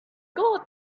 god